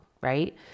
right